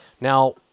Now